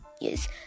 Yes